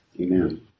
amen